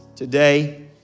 Today